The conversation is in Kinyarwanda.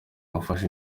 umufasha